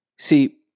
See